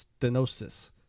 stenosis